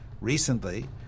Recently